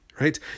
right